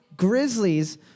grizzlies